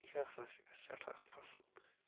یہِ ہسا چھُ اَسہِ سیٚٹھاہ پَسنٛد